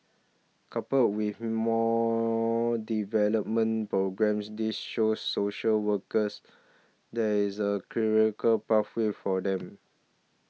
coupled with more development programmes this shows social workers there is a pathway for them